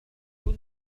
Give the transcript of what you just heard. كنت